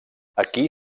aquí